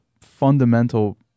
fundamental